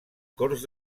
corts